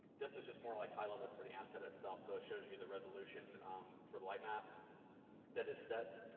this is just more like high level for the asset itself. so, it shows you the resolution for lightmaps that is set.